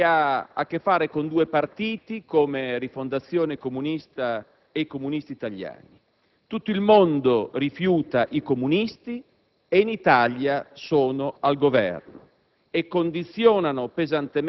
macché radicale! Lei ha a che fare con due partiti come Rifondazione Comunista e Comunisti Italiani. Tutto il mondo rifiuta i comunisti: in Italia sono al Governo